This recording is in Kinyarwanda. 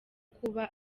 kuba